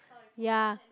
ya